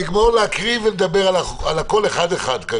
קארין, נגמור להקריא, ונדבר על הכול אחד-אחד.